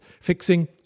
fixing